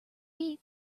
eat